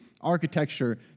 architecture